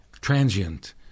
transient